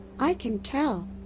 i can tell.